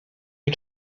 you